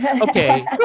Okay